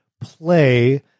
play